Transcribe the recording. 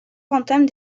entame